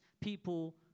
people